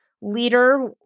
leader